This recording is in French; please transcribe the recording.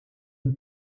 perd